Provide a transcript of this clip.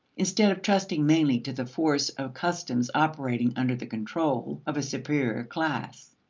instead of trusting mainly to the force of customs operating under the control of a superior class.